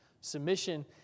Submission